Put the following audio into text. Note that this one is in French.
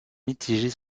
mitigée